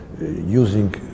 using